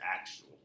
actual